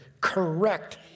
correct